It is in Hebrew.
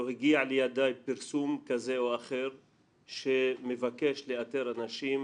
לא הגיע לידיי פרסום כזה או אחר שמבקש לאתר אנשים